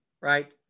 right